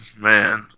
man